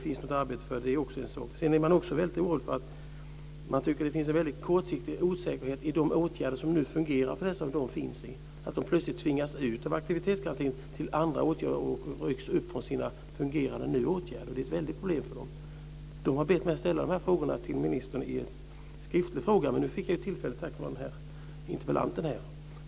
Dessa arbetslösa är också oroliga över osäkerheten och kortsiktigheten i de åtgärder som de finns i. De tvingas plötsligt ut ur aktivitetsgarantin och förs över till andra åtgärder. De rycks alltså upp från sina nu fungerande åtgärder, vilket är ett väldigt problem för dem. De har bett mig ställa deras frågor skriftligt till ministern, men tack vare den här interpellationen har jag fått tillfälle att föra fram dem nu i stället.